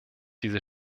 diese